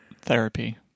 Therapy